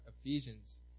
Ephesians